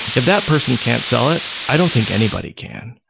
if that person can't sell it, i don't think anybody can.